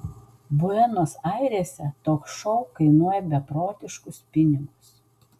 buenos airėse toks šou kainuoja beprotiškus pinigus